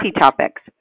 topics